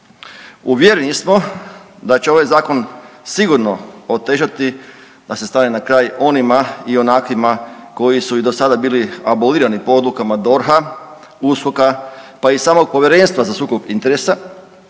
Uvjereni smo da će ovaj zakon sigurno otežati da se stane na kraj onima i onakvima koji su i do sada bili abolirani po odlukama DORH-a, USKOK-a, pa i samog Povjerenstva za sukob interesa